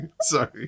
sorry